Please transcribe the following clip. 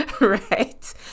Right